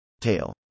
Tail